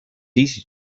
easy